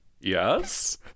yes